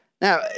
Now